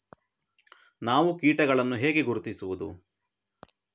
ನಾವು ಕೀಟಗಳನ್ನು ಹೇಗೆ ಗುರುತಿಸುವುದು?